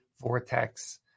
Vortex